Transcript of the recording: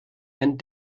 and